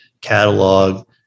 catalog